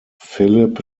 philip